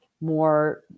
more